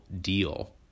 deal